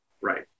Right